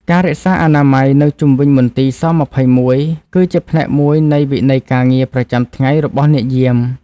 ការរក្សាអនាម័យនៅជុំវិញមន្ទីរស-២១ គឺជាផ្នែកមួយនៃវិន័យការងារប្រចាំថ្ងៃរបស់អ្នកយាម។